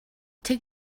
take